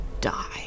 die